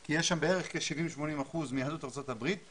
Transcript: כי יש שם בערך כ-80%-70% מיהדות ארצות הברית,